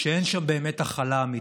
שאין שם באמת הכלה אמיתית.